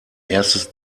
erstes